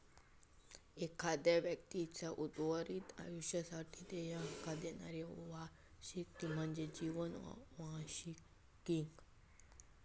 एखाद्यो व्यक्तीचा उर्वरित आयुष्यासाठी देयका देणारी वार्षिकी म्हणजे जीवन वार्षिकी